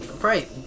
Right